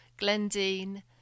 glendine